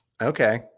Okay